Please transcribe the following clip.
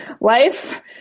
life